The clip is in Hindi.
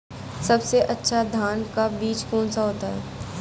सबसे अच्छा धान का बीज कौन सा होता है?